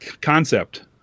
concept